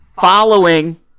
following